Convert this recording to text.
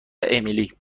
امیلی